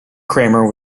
kramer